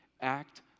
act